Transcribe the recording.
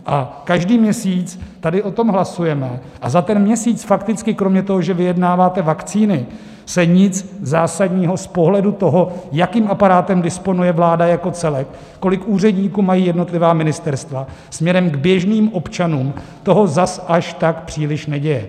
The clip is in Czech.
A každý měsíc tady o tom hlasujeme a za ten měsíc fakticky kromě toho, že vyjednáváte vakcíny, se nic zásadního z pohledu toho, jakým aparátem disponuje vláda jako celek, kolik úředníků mají jednotlivá ministerstva, směrem k běžným občanům toho zas tak příliš neděje.